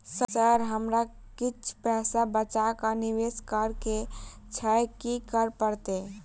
Sir हमरा किछ पैसा बचा कऽ निवेश करऽ केँ छैय की करऽ परतै?